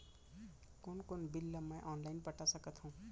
कोन कोन बिल ला मैं ऑनलाइन पटा सकत हव?